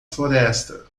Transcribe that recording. floresta